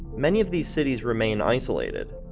many of these cities remain isolated,